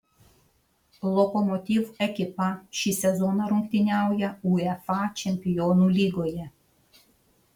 lokomotiv ekipa šį sezoną rungtyniauja uefa čempionų lygoje